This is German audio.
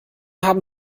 haben